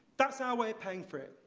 that's how we're paying for it.